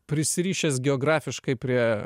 prisirišęs geografiškai prie